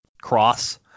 cross